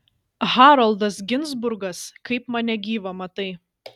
haroldas ginzburgas kaip mane gyvą matai